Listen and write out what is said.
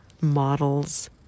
models